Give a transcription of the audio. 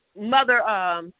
Mother